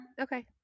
okay